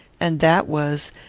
and that was,